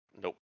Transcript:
Nope